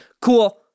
Cool